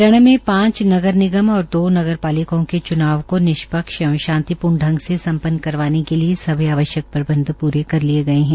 हरियाणा में पांच नगर निगम और दो नगर पालिकाओं के च्नाव को निष्पक्ष एंव शांतिपूर्ण ढंग से संपन्न करवाने के लिए सभी आवश्यक प्रबंध प्रे कर लिये गए है